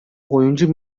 oyuncu